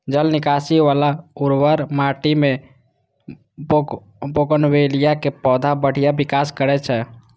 जल निकासी बला उर्वर माटि मे बोगनवेलिया के पौधा बढ़िया विकास करै छै